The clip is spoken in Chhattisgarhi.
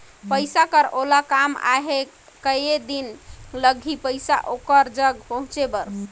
पइसा कर ओला काम आहे कये दिन लगही पइसा ओकर जग पहुंचे बर?